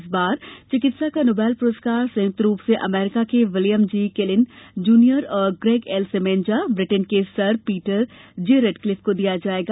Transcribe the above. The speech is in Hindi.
इस बार चिकित्सा का नोबेल पुरस्कार संयुक्त रूप से अमेरिका के विलियम जी केलिन जुनियर और ग्रेग एल सेमेन्जा ब्रिटेन के सर पीटर र्ज रैटक्लिफ को दिया जाएगा